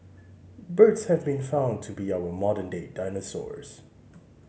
birds have been found to be our modern day dinosaurs